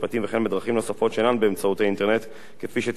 נוספות שאינן באמצעות האינטרנט כפי שתמצא לנכון,